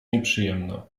nieprzyjemna